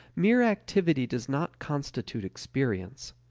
mere activity does not constitute experience.